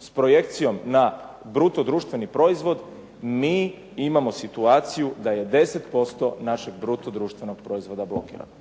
s projekcijom na bruto društveni proizvod, mi imamo situaciju da je 10% našeg bruto društvenog proizvoda blokirano,